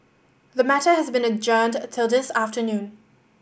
the matter has been adjourned till this afternoon